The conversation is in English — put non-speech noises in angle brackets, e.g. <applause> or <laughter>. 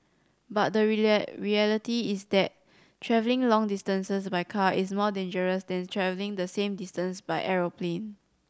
but the <unintelligible> reality is that travelling long distances by car is more dangerous than travelling the same distance by aeroplane